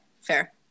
Fair